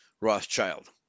Rothschild